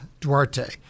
Duarte